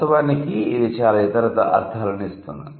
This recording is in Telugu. వాస్తవానికి ఇది చాలా ఇతర అర్ధాలను ఇస్తుంది